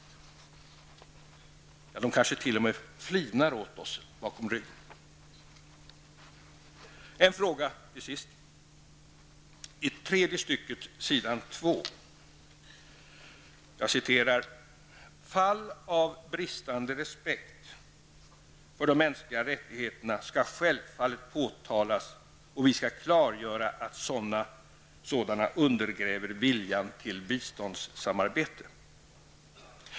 Envåldshärskarna kanske t.o.m. flinar åt oss bakom våra ryggar. Till sist vill jag ställa en fråga. I det tredje stycket på s. 2 i svaret säger biståndsministern: ''Fall av bristande respekt för de mänskliga rättigheterna skall självfallet påtalas och vi skall klargöra att sådana undergräver viljan till ett biståndssamarbete med Sverige.'' Fru talman!